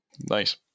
Nice